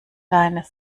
deine